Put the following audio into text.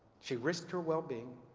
she risked her wellbeing